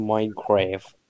Minecraft